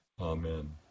amen